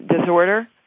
disorder